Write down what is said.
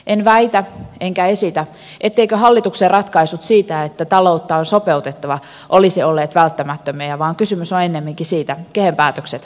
en väitä enkä esitä etteivätkö hallituksen ratkaisut siinä että taloutta on sopeutettava olisi olleet välttämättömiä vaan kysymys on ennemminkin siitä kehen päätökset haluttiin kohdistaa